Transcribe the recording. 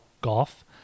golf